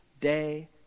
day